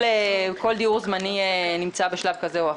כל דיור זמני נמצא בשלב כזה או אחר.